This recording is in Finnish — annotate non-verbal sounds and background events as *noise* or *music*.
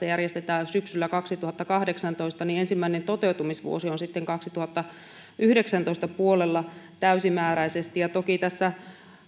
*unintelligible* järjestetään syksyllä kaksituhattakahdeksantoista niin ensimmäinen toteutumisvuosi on sitten kaksituhattayhdeksäntoista puolella täysimääräisesti toki